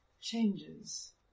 changes